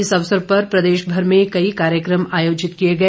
इस अवसर पर प्रदेशभर में कई कार्यक्रम आयोजित किए गए